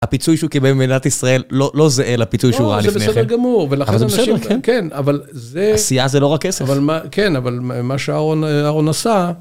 הפיצוי שהוא קיבל ממדינת ישראל לא זהה לפיצוי שהוא ראה לפני כן. לא זה בסדר גמור, ולכן זה בסדר, כן. אבל זה... עשייה זה לא רק כסף. כן, אבל מה שארהון עשה...